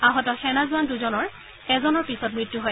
আহত সেনা জোৱান দুজনৰ এজনৰ পিছত মৃত্যু হয়